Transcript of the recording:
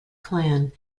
clan